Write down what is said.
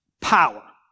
power